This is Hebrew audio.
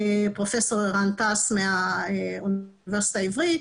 פרופסור ערן טס מהאוניברסיטה העברית,